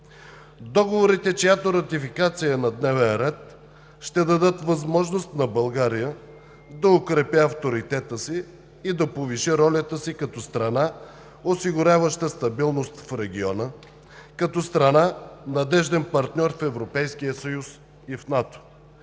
Договорите, чиято ратификация е на дневен ред, ще дадат възможност на България да укрепи авторитета си и да повиши ролята си като страна, осигуряваща стабилност в региона, като страна, надежден партньор в Европейския съюз и в НАТО,